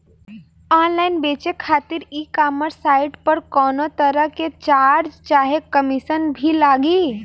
Online बेचे खातिर e commerce site पर कौनोतरह के चार्ज चाहे कमीशन भी लागी?